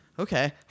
Okay